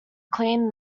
clean